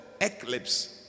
eclipse